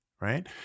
right